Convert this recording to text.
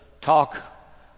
talk